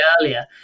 earlier